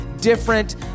different